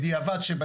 בדיעבד שבאים.